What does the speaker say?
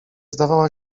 zdawała